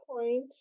point